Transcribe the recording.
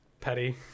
petty